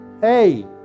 hey